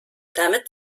damit